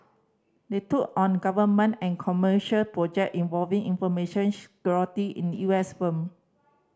they took on government and commercial project involving information security in U S firm